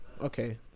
Okay